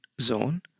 zone